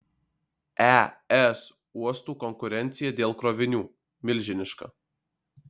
es uostų konkurencija dėl krovinių milžiniška